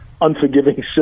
unforgiving